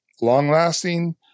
long-lasting